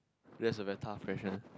that's a very tough question